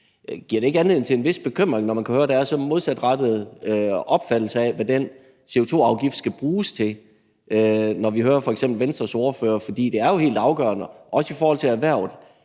Giver det ikke anledning til en vis bekymring, når man kan høre, at der er så modsatrettede opfattelser af, hvad den CO2-afgift skal bruges til, når vi hører f.eks. Venstres ordfører, fordi det jo er helt afgørende, også i forhold til erhvervet,